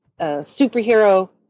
superhero